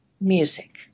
music